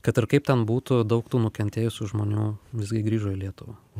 kad ir kaip ten būtų daug tų nukentėjusių žmonių visgi grįžo į lietuvą